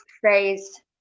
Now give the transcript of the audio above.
phrase